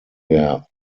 der